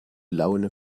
laune